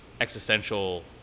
existential